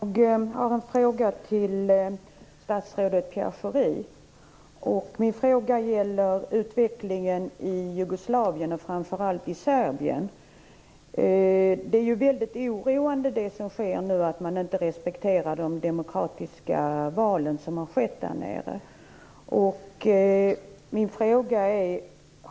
Fru talman! Jag har en fråga till statsrådet Pierre Schori. Min fråga gäller utvecklingen i Jugoslavien, framför allt i Serbien. Det som sker nu är väldigt oroande, dvs. att man inte respekterar de demokratiska val som skett där nere.